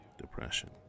depression